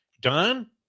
Don